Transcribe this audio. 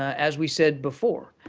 as we said before,